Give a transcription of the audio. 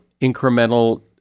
incremental